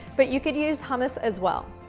but you could use hummus as well.